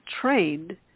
trained